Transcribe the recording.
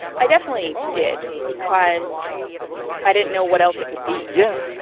i definitely did because i didn't know what else it could be. yeah.